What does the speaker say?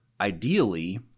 Ideally